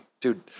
dude